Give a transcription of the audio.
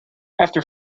after